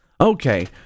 Okay